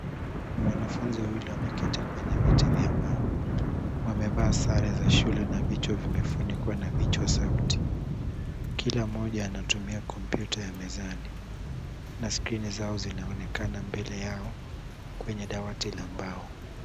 Wanafunzi wawili wameketi kwenye viti vya mbao. Wamevaa sare za shule na vichwa vimefunikwa na vichwasauti. Kila mmoja anatumia kompyuta ya mezani na skrini zao zinaonekana mbele yao kwenye dawati la mbao.